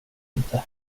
inte